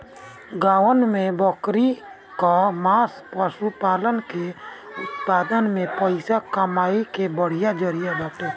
गांवन में बकरी कअ मांस पशुपालन के उत्पादन में पइसा कमइला के बढ़िया जरिया बाटे